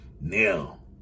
Now